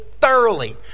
thoroughly